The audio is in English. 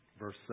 Verse